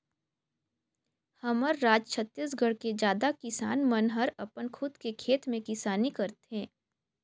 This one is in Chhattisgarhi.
हमर राज छत्तीसगढ़ के जादा किसान मन हर अपन खुद के खेत में किसानी करथे